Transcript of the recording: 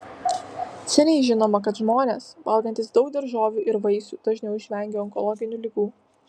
seniai žinoma kad žmonės valgantys daug daržovių ir vaisių dažniau išvengia onkologinių ligų